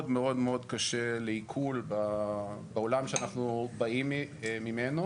קשה לעיכול בעולם שאנחנו באים ממנו,